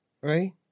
right